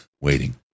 waiting